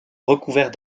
recouvert